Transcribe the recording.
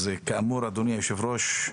אז כאמור אדוני היושב-ראש,